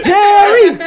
Jerry